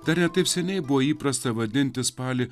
dar ne taip seniai buvo įprasta vadinti spalį